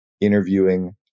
interviewing